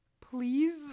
Please